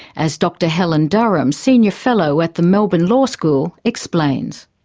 as dr helen durham, senior fellow at the melbourne law school, explains.